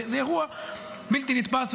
זה אירוע בלתי נתפס,